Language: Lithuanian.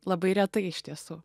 labai retai iš tiesų